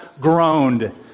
groaned